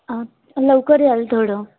आ लवकर याल थोडं